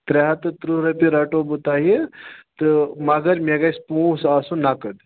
ترٛےٚ ہَتھ تہٕ ترٕٛہ رۄپیہِ رَٹو بہٕ تۄہہِ تہٕ مگر مےٚ گَژھِ پونسہٕ آسُن نَقٕد